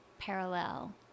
parallel